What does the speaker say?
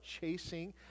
chasing